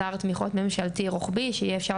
אתר תמיכות ממשלתי רוחבי שיהיה אפשר